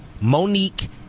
Monique